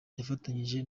yafatanyije